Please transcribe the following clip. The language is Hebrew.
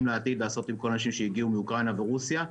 לעתיד לעשות עם כל מי שהגיע מאוקראינה ורוסיה.